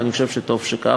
ואני חושב שטוב שכך,